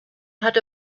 had